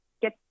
get